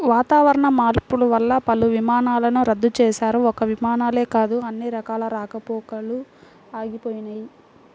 వాతావరణ మార్పులు వల్ల పలు విమానాలను రద్దు చేశారు, ఒక్క విమానాలే కాదు అన్ని రకాల రాకపోకలూ ఆగిపోయినయ్